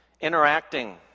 interacting